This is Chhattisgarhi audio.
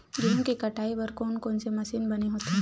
गेहूं के कटाई बर कोन कोन से मशीन बने होथे?